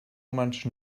much